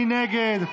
מי נגד?